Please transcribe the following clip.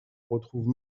retrouve